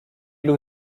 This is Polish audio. był